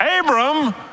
Abram